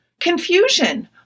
confusion